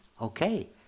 okay